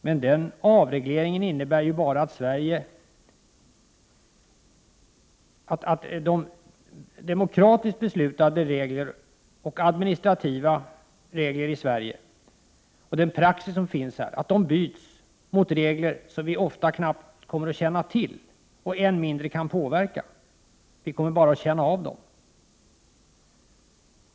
Men den avregleringen innebär ju bara att demokratiskt beslutade regler, administrativa regler i Sverige och den praxis som finns här byts mot regler som vi ofta knappt kommer att känna till och än mindre kan påverka. Vi kommer bara att känna av dem.